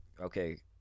okay